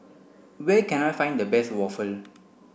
where can I find the best waffle